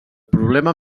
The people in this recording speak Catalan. problema